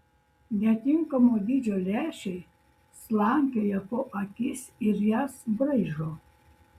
netinkamo dydžio lęšiai slankioja po akis ir jas braižo